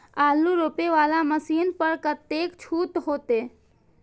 आलू रोपे वाला मशीन पर कतेक छूट होते?